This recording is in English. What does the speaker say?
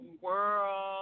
world